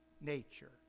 nature